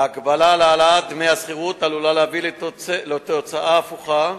ההגבלה על העלאת דמי השכירות עלולה להביא לתוצאה הפוכה